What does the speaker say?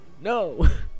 No